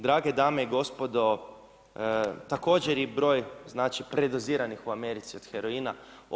Drage dame i gospodo, također i broj znači predoziranih u Americi od heroina.